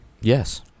Yes